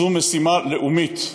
זו משימה לאומית,